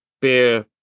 beer